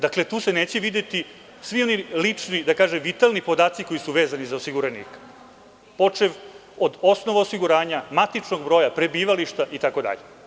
Dakle, tu se neće videti svi oni lični, da kažem, vitalni podaci koji su vezani za osiguranika, počev od osnova osiguranja, matičnog broja, prebivališta, itd.